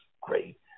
great